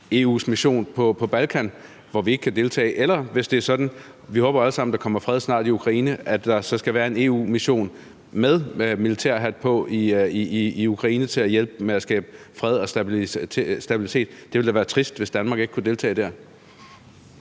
EU's mission på Balkan, hvor vi ikke kan deltage. Vi håber alle sammen, at der snart kommer fred i Ukraine, og at der skal være en EU-mission med militærhat på dér til at hjælpe med at skabe fred og stabilitet. Det ville da være trist, hvis Danmark ikke kunne deltage dér.